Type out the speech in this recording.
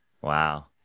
Wow